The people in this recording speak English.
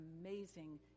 amazing